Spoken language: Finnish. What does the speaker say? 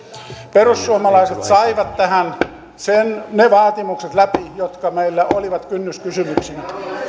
perussuomalaiset saivat tähän ne vaatimukset läpi jotka meillä olivat kynnyskysymyksinä